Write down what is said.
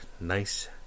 nice